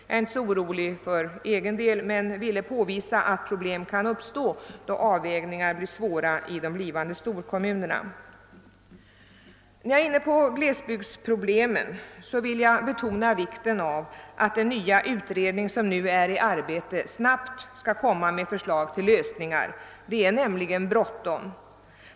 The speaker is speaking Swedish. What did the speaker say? Jag är inte så orolig för egen del men ville påvisa att problem kan uppstå, då avvägningar blir svåra i de blivande storkommunerna. När jag är inne på glesbygdsproblemen vill jag betona vikten av att den nya utredning som nu är i arbete snabbt skall framlägga förslag till lösningar. Det är nämligen bråttom.